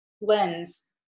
lens